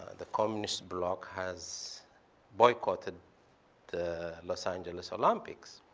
the communist block has boycotted the los angeles olympics.